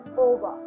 over